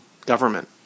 government